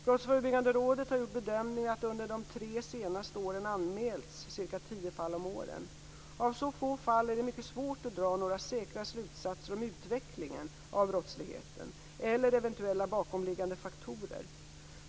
Brottsförebyggande rådet har gjort bedömningen att det under de tre senaste åren anmälts cirka tio fall om året. Av så få fall är det mycket svårt att dra några säkra slutsatser om utvecklingen av brottsligheten eller eventuella bakomliggande faktorer.